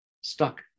stuck